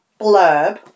blurb